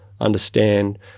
understand